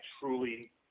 truly